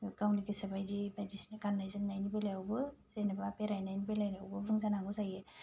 गावनि गोसो बादि बायदिसिना गाननाय जोमनायनि बेलायावबो जेनेबा बेरायनायनि बेलायावबो बुंजानांगौ जायो